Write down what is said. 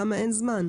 למה אין זמן?